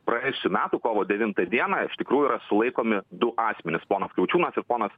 praėjusių metų kovo devintą dieną iš tikrųjų sulaikomi du asmenys ponas kriaučiūnas ir ponas